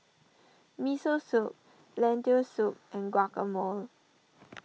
Miso Soup Lentil Soup and Guacamole